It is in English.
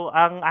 ang